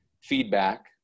feedback